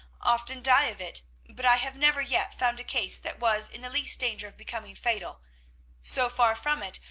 often die of it, but i have never yet found a case that was in the least danger of becoming fatal so far from it,